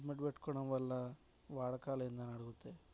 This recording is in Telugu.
హెల్మెట్ పెట్టుకోవడం వల్ల వాడకాలు ఏంది అని అడిగితే